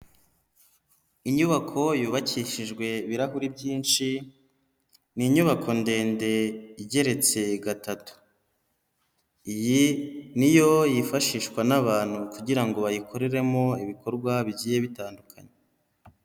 Inyubako yubakishijwe ibirahuri byinshi, ni inyubako ndende igeretse gatatu. Iyi ni yo yifashishwa n'abantu kugira ngo bayikoreremo ibikorwa bigiye bitandukanye.